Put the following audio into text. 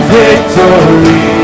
victory